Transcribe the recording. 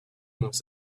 most